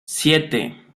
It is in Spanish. siete